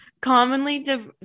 Commonly